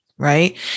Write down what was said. Right